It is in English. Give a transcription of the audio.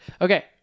Okay